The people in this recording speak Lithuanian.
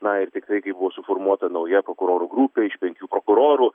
na ir tikrai kai buvo suformuota nauja prokurorų grupė iš penkių prokurorų